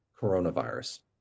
coronavirus